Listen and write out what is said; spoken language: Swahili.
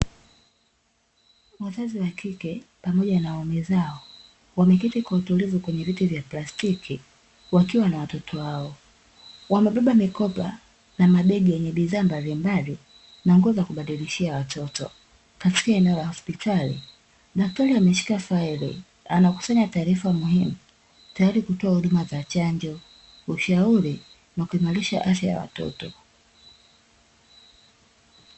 Wazazi wa kike pamoja na waume zao wameketi kwa utulivu kwenye viti vya plastiki wakiwa na watoto wao, wamebeba mikoba na mabegi yenye bidhaa mbalimbali na nguo za kubadilishia watoto katika eneo la hospitali, daktari ameshika faili anakusanya taarifa muhimu tayari kwa kutoa huduma za chanjo, ushauri na kuimarisha afya ya watoto.